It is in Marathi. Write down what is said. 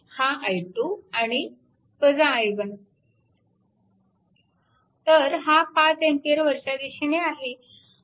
हा i2 आणि i1 तर हा 5A वरच्या दिशेने आहे